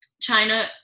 China